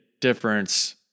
difference